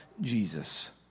Jesus